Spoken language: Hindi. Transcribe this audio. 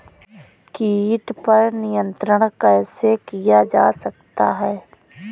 कीट पर नियंत्रण कैसे किया जा सकता है?